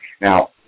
Now